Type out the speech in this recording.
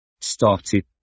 started